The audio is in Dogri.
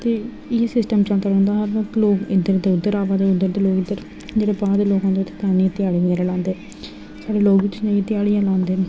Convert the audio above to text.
ते इ'यै सिस्टम चलदा रौह्ंदा मतलब लोग इद्धर दे उद्धर आवा दे उद्धर दे लोग उद्धर जेह्ड़े बाह्र दे लोग आंदे ध्याड़ी बगैरा लांदे साढ़े उद्धर जाइयै ध्याड़ियां लांदे न